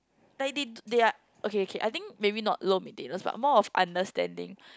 like they do they are okay okay I think maybe not low maintenance but more of understanding